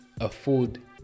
afford